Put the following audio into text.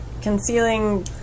Concealing